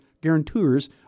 guarantors